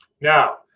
Now